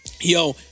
Yo